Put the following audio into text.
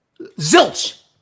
zilch